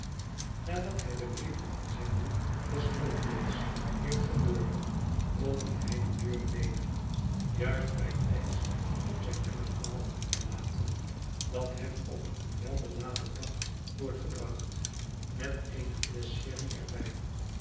nadat hij de brieven in zijn boek des noodlots heeft geborgen opent hij de deur weder juist bijtijds om zijn middagmaal in te laten dat hem op een weibeladen bak wordt gebracht met eene flesch sherry er